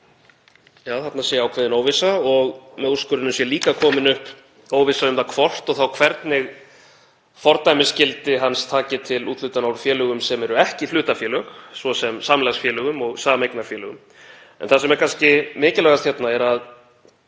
að þarna sé ákveðin óvissa og með úrskurðinum sé líka komin upp óvissa um það hvort og þá hvernig fordæmisgildi hans taki til úthlutana úr félögum sem eru ekki hlutafélög, svo sem samlagsfélögum og sameignarfélögum. En það sem er kannski mikilvægast er að